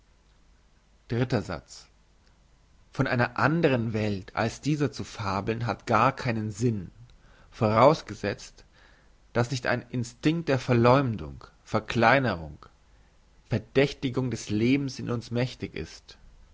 dritter satz von einer andren welt als dieser zu fabeln hat gar keinen sinn vorausgesetzt dass nicht ein instinkt der verleumdung verkleinerung verdächtigung des lebens in uns mächtig ist